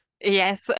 Yes